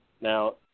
Now